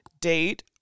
date